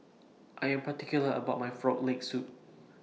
I Am particular about My Frog Leg Soup